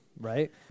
right